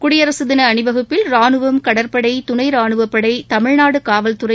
குடியரசுதின அணிவகுப்பில் ராணுவம் கடற்படை துணை ராணுவபடை தமிழ்நாடு காவல்துறை